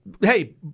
Hey